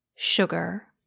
Sugar